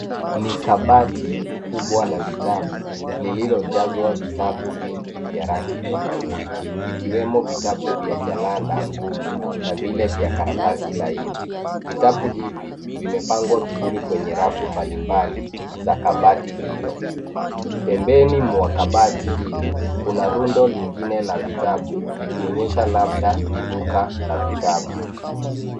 Ni kabati kubwa la vitabu lililojazwa vitavu vingi vya rangi tofauti , vikiwemo vitabu vya jalada ngumu, na vile vya karatasi laini. Vitabu hivi vimepangwa vizuri kwenye rafu mbali mbali za kabati hilo. Pembeni mwa kabati hili, kuna rundo lingine la vitabu likionyesha labda ni duka la vitabu.